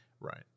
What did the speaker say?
Right